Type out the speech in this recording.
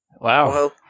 Wow